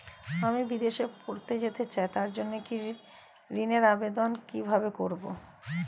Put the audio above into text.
আমি বিদেশে পড়তে যেতে চাই তার জন্য ঋণের আবেদন কিভাবে করব?